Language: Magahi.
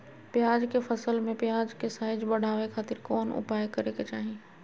प्याज के फसल में प्याज के साइज बढ़ावे खातिर कौन उपाय करे के चाही?